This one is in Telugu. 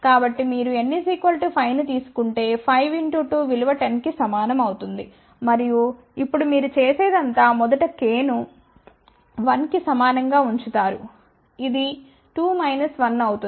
కాబట్టి మీరు n5 ని తీసుకుంటే5 2 విలువ 10 కి సమానం అవుతుంది మరియు ఇప్పుడు మీరు చేసేదంతా మొదటి k ను 1 కి సమానం గా ఉంచారు ఇది 2 మైనస్ 1 అవుతుంది